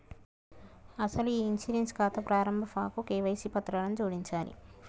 అసలు ఈ ఇన్సూరెన్స్ ఖాతా ప్రారంభ ఫాంకు కేవైసీ పత్రాలను జోడించాలి